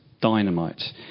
dynamite